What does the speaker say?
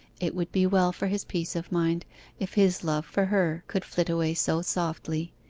it would be well for his peace of mind if his love for her could flit away so softly,